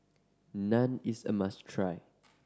Naan is a must try